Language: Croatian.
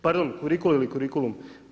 Pardon, kurikul ili kurikulum.